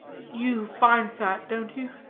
you find that, don't you?